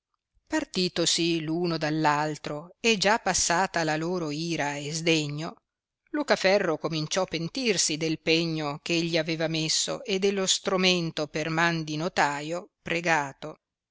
partitosi uno dall altro e già passata la loro ira e sdegno lucaferro cominciò pentirsi del pegno che egli aveva messo e dello stromento per man di notaio pregato